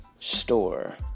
store